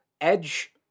edge